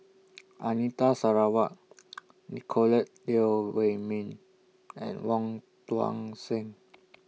Anita Sarawak Nicolette Teo Wei Min and Wong Tuang Seng